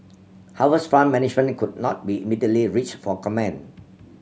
Harvest Fund Management could not be immediately reached for comment